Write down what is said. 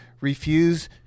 refuse